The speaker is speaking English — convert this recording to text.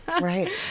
Right